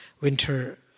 winter